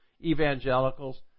evangelicals